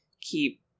keep